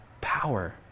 power